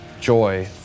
Joy